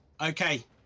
Okay